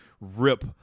rip